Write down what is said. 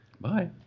bye